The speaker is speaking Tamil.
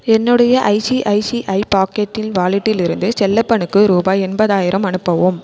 என்னுடைய ஐசிஐசிஐ பாக்கெட்டில் வாலெட்டிலிருந்து செல்லப்பனுக்கு ரூபாய் எண்பதாயிரம் அனுப்பவும்